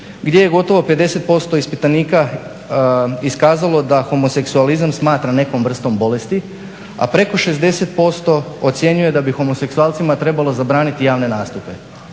gdje je gotovo 50% ispitanika iskazalo da homoseksualizam smatra nekom vrstom bolesti, a preko 60% ocjenjuje da bi homoseksualcima trebalo zabraniti javne nastupe.